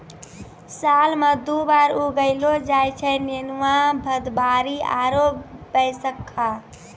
साल मॅ दु बार उगैलो जाय छै नेनुआ, भदबारी आरो बैसक्खा